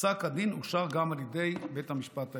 פסק הדין אושר גם על ידי בית המשפט העליון.